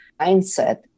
mindset